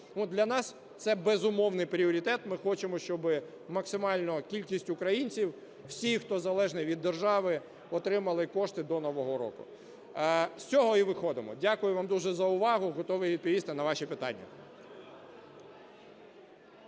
для нас, це безумовний пріоритет. Ми хочемо, щоби максимально кількість українців, всі хто залежний від держави, отримали кошти до Нового року. З цього і виходимо. Дякую вам дуже за увагу. Готовий відповісти на ваші питання.